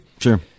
Sure